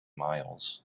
miles